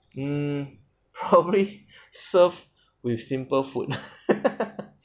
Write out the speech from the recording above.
um probably served with simple food